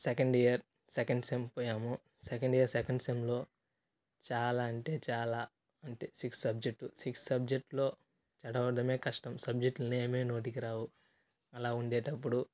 second year second sem పోయాము second year second సెమ్లో చాలా అంటే చాలా అంటే సిక్స్ సబ్జెక్టు సిక్స్ సబ్జెక్ట్లో చదవడమే కష్టం సబ్జెక్ట్ల నేమే నోటికి రావు అలా ఉండేటప్పుడు